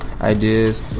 ideas